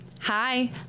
Hi